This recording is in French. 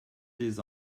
des